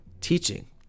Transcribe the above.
teaching